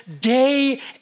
day